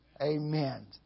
Amen